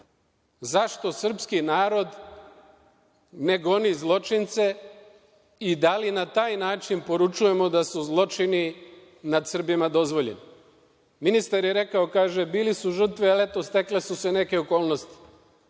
srpski narod ne goni zločince i da li na taj način poručujemo da su zločini nad Srbima dozvoljeni? Ministar je rekao – bili su žrtve, ali eto stekle su se neke okolnosti.